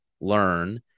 learn